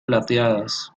plateadas